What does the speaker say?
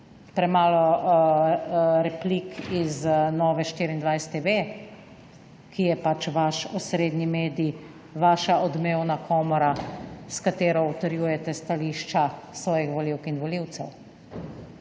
Premalo replik iz Nove24TV, ki je pač vaš osredni medij, vaša odmevna komora, s katero utrjujete stališča svojih volivk in volivcev?